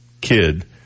kid